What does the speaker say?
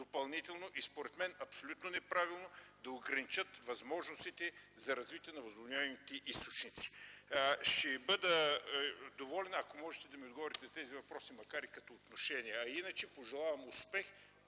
и според мен абсолютно неправилно да ограничат възможностите за развитие на възобновяемите енергийни източници? Ще бъда доволен, ако можете да ми отговорите на тези въпроси, макар и като отношение. Пожелавам успех,